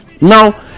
Now